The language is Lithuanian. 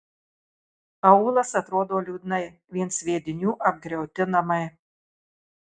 aūlas atrodo liūdnai vien sviedinių apgriauti namai